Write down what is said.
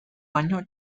baino